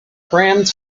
crammed